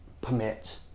permit